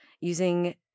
using